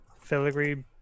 filigree